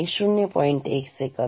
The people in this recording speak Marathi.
1 सेकंड